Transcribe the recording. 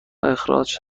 اخراج